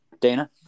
Dana